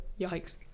Yikes